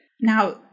Now